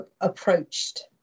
approached